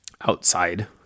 outside